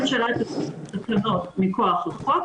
כשהממשלה תתקין תקנות מכוח החוק,